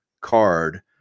card